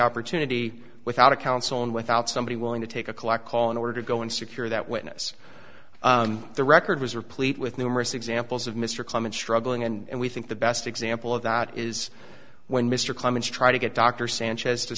opportunity without a counsel and without somebody willing to take a collect call in order to go and secure that witness the record was replete with numerous examples of mr clement struggling and we think the best example of that is when mr clemens try to get dr sanchez to